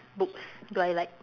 books do I like